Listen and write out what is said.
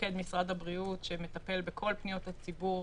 ומוקד משרד הבריאות שמטפל בכל פניות הציבור